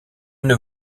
une